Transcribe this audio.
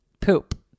poop